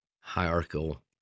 hierarchical